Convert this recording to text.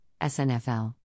SNFL